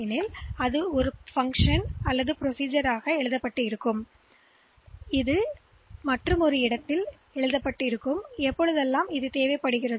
எனவே நாங்கள் அதைஎழுதுகிறோம் ஒரு முறை பின்னர் அது வெவ்வேறு இடங்களிலிருந்து அழைக்கப்படுகிறது